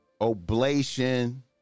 Oblation